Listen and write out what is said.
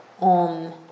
on